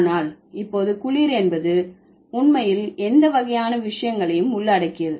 ஆனால் இப்போது குளிர் என்பது உண்மையில் எந்த வகையான விஷயங்களையும் உள்ளடக்கியது